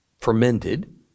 fermented